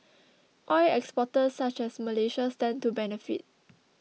oil exporters such as Malaysia stand to benefit